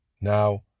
now